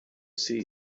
see